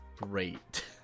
great